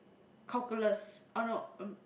calculus oh no um